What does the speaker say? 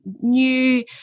new